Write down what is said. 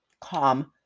calm